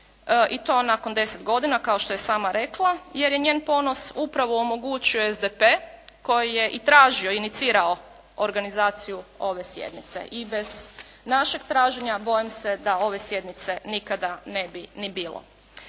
i to nakon 10 godina kao što je i sama rekla, jer je njen ponos upravo omogućio SDP koji je i tražio i inicirao organizaciju ove sjednice i bez našeg traženja bojim se da ove sjednice nikada ne bi ni bilo.